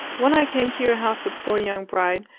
when i came to your house a poor young bride,